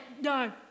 no